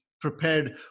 prepared